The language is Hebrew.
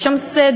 יש שם סדר,